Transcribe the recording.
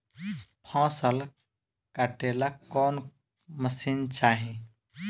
फसल काटेला कौन मशीन चाही?